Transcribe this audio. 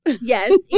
Yes